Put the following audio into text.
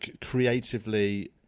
creatively